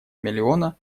миллиона